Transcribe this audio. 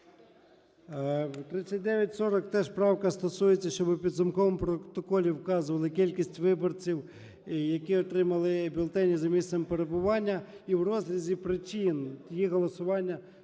3940 - теж правка стосується, щоб в підсумковому протоколі вказували кількість виборців, які отримали бюлетені за місцем перебування і в розрізі причин їх голосування за